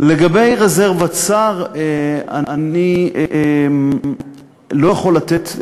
לגבי רזרבת שר: אני לא יכול לתת,